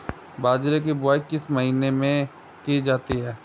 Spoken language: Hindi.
बाजरे की बुवाई किस महीने में की जाती है?